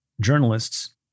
journalists